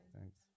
Thanks